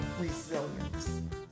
resilience